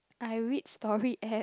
I read story app